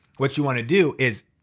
what you wanna do is,